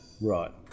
Right